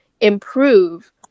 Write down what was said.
improve